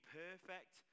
perfect